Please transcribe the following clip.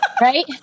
right